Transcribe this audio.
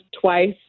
twice